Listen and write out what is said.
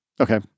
Okay